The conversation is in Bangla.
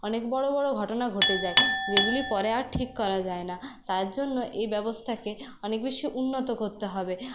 অনেক বড়ো বড়ো ঘটনা ঘটে যায় যেগুলি পরে আর ঠিক করা যায় না তার জন্য এই ব্যবস্থাকে অনেক বেশি উন্নত করতে হবে